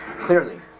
clearly